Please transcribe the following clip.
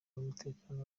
n’umutekano